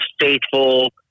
faithful